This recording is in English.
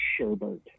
Sherbert